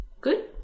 Good